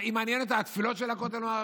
מעניינות אותה התפילות של הכותל המערבי?